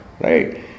Right